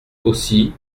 aussi